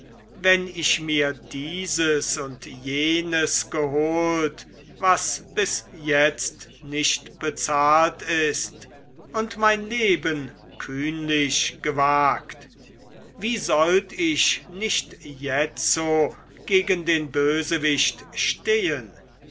wenn ich mir dieses und jenes geholt was bis jetzt nicht bezahlt ist und mein leben kühnlich gewagt wie sollt ich nicht jetzo gegen den bösewicht stehen